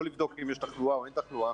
לא לבדוק אם יש תחלואה או אין תחלואה,